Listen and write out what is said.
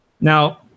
Now